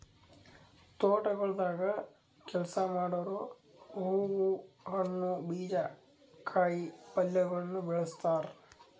ತೋಟಗೊಳ್ದಾಗ್ ಕೆಲಸ ಮಾಡೋರು ಹೂವು, ಹಣ್ಣು, ಬೀಜ, ಕಾಯಿ ಪಲ್ಯಗೊಳನು ಬೆಳಸ್ತಾರ್